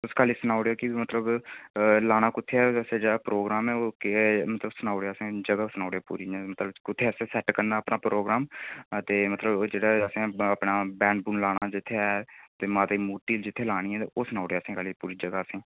तुस खाल्ली सनाई ओड़ेओ कि मतलब लाना कुत्थै ऐ जेह्ड़ा प्रोग्रैम ऐ ओह् केह् सनाउड़ो असेंगी जगह सनाउड़ेओ पूरी असें कुत्थै असें सैट करना अपना प्रोग्रैम मतलब असें जेह्ड़ा बैंड बूंड लाना जित्थै माता दी मूर्ती जित्थै लानी ऐ ओह् सनाई उड़ेओ खाल्ली उस जगह च